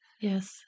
Yes